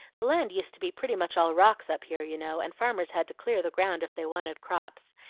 the land used to be pretty much all rocks up here, you know, and farmers had to clear the ground if they wanted crops.